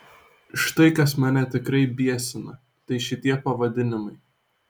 štai kas mane tikrai biesina tai šitie pavadinimai